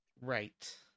Right